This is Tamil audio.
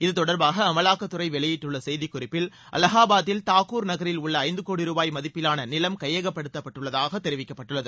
இத்தொடர்பாக அமலாக்கத்துறை வெளியிட்டுள்ள செய்திக்குறிப்பில் அலகாபாதில் தாகூர் நகரில் உள்ள ஐந்துகோடி ரூபாய் மதிப்பிலான நிலம் கையகப்படுத்தப்பட்டுள்ளதாக தெரிவிக்கப்பட்டுள்ளது